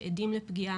שעדים לפגיעה,